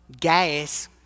gas